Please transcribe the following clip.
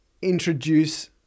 introduce